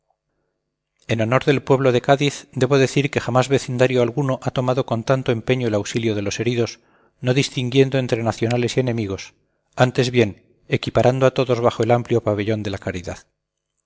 en honor del pueblo de cádiz debo decir que jamás vecindario alguno ha tomado con tanto empeño el auxilio de los heridos no distinguiendo entre nacionales y enemigos antes bien equiparando a todos bajo el amplio pabellón de la caridad